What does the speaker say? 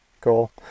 Cool